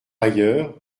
ailleurs